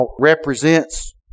represents